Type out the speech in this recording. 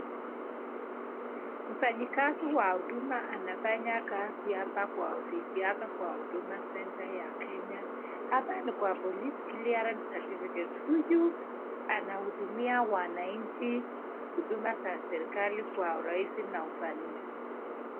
Mfanyikazi wa huduma anafanya kazi hapa kwa ofisi yake kwa Huduma Center ya Kenya. Hapa ni kwa Police Clearance Certificate . Huyu anahudumia wanachi huduma za serikali kwa urahisi na ufanisi.